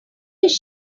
does